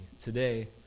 Today